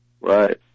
Right